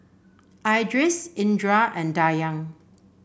Idris Indra and Dayang